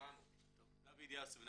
דוד יאסו.